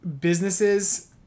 businesses